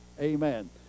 Amen